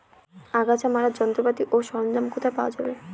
আগাছা মারার যন্ত্রপাতি ও সরঞ্জাম কোথায় পাওয়া যাবে?